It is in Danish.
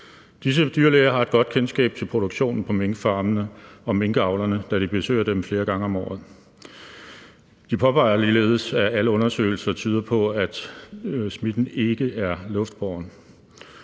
Disse dyrlæger har et godt kendskab til produktionen på minkfarmene og til minkavlerne, da de besøger dem flere gange om året. De påpeger ligeledes, at alle undersøgelser tyder på, at smitten ikke er luftbåren.